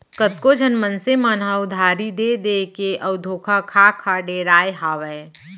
कतको झन मनसे मन ह सब उधारी देय देय के अउ धोखा खा खा डेराय हावय